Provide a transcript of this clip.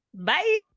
Bye